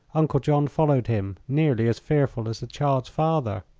uncle john followed him, nearly as fearful as the child's father.